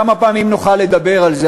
כמה פעמים נוכל לדבר על זה?